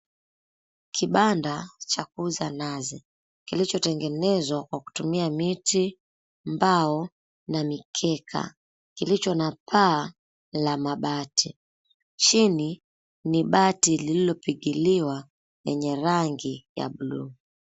Kibanda cha kuuza nazi kilichotengenezwa kwa kutumia miti, mbao na mikeka kilicho na paa la mabati. Chini ni bati lililopigiliwa yenye rangi ya buluu.